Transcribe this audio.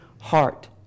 heart